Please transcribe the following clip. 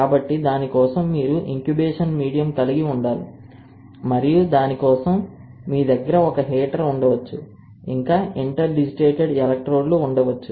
కాబట్టి దాని కోసం మీరు ఇంక్యుబేషన్ మీడియం కలిగి ఉండాలి మరియు దాని కోసం మీ దగ్గర ఒక హీటర్ ఉండవచ్చు ఇంకా ఇంటర్డిజిటేటెడ్ ఎలక్ట్రోడ్లు ఉండవచ్చు